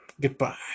Goodbye